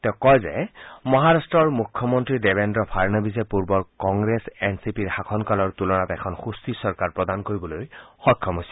তেওঁ কয় যে মহাৰাট্টৰ মুখ্যমন্ত্ৰী দেবেদ্ৰ ফাড়নবিচে পূৰ্বৰ কংগ্ৰেছ এন চি পিৰ শাসন কালৰ তুলনাত এখন সুস্থিৰ চৰকাৰ প্ৰদান কৰিবলৈ সক্ষম হৈছে